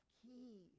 key